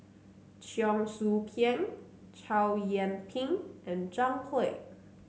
Cheong Soo Pieng Chow Yian Ping and Zhang Hui